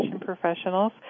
Professionals